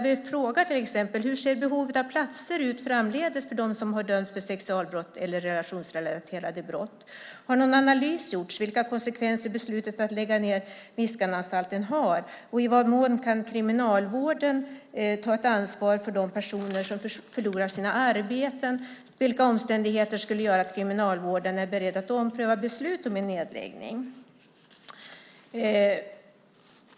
Vi frågar till exempel: Hur ser behovet av platser ut framdeles för dem som har dömts för sexualbrott eller relationsrelaterade brott? Har någon analys gjorts av vilka konsekvenser beslutet att lägga ned Viskananstalten har? Och i vad mån kan Kriminalvården ta ett ansvar för de personer som förlorar sina arbeten? Vilka omständigheter skulle göra att Kriminalvården är beredd att ompröva beslutet om en nedläggning?